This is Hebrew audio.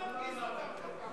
מה מרגיז אותם כל כך?